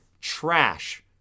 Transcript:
trash